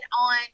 on